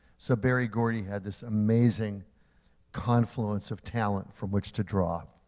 so berry gordy had this amazing confluence of talent from which to draw.